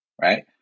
Right